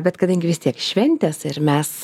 bet kadangi vis tiek šventės ir mes